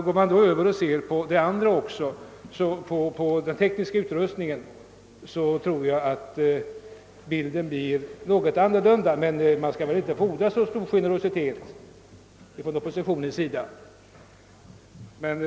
Går vi vidare och beaktar också den tekniska utrustningen, blir bilden en annan, men vi kan inte fordra så stor generositet av oppositionen.